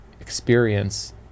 experience